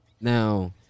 Now